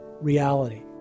reality